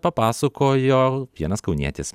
papasakojo vienas kaunietis